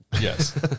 yes